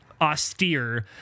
austere